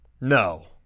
No